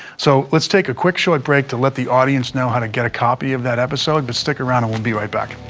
so let's take a quick, short break to let the audience know how to get a copy of that episode. but stick around and we'll be right back.